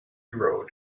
road